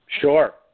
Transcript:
Sure